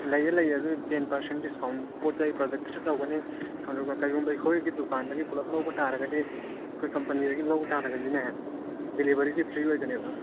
ꯂꯩꯌꯦ ꯂꯩꯌꯦ ꯑꯗꯨꯒꯤ ꯇꯦꯟ ꯄꯔꯁꯦꯟ ꯗꯤꯁꯀꯥꯎꯟ ꯄꯣꯠꯆꯩ ꯄ꯭ꯔꯗꯛꯁꯨ ꯇꯧꯒꯅꯤ ꯑꯗꯨꯒ ꯀꯔꯤꯒꯨꯝꯕ ꯑꯩꯈꯣꯏꯒꯤ ꯗꯨꯀꯥꯟꯗꯒꯤ ꯄꯨꯂꯞ ꯂꯧꯕ ꯇꯥꯔꯒꯗꯤ ꯑꯩꯈꯣꯏ ꯀꯝꯄꯅꯤꯗꯒꯤ ꯂꯧꯕ ꯇꯥꯔꯒꯗꯤꯅꯦ ꯗꯤꯂꯦꯚꯔꯤꯁꯨ ꯐ꯭ꯔꯤ ꯑꯣꯏꯒꯅꯦꯕ